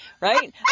right